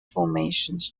formations